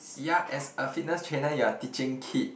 ya as a fitness trainer you are teaching kid